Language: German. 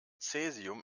cäsium